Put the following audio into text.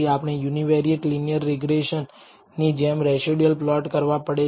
આપણે univariate linear regression ની જેમ રેસિડયુઅલ પ્લોટ કરવા પડે છે